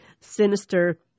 sinister